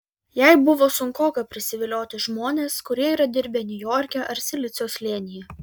jai buvo sunkoka prisivilioti žmones kurie yra dirbę niujorke ar silicio slėnyje